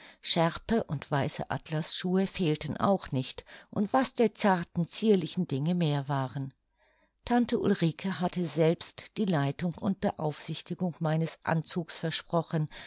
schärpe und weiße atlasschuhe fehlten auch nicht und was der zarten zierlichen dinge mehr waren tante ulrike hatte selbst die leitung und beaufsichtigung meines anzugs versprochen